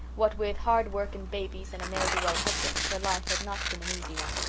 what with hard work and babies and a ne'er-do-well husband, her life had not been an easy one,